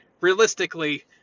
realistically